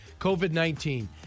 COVID-19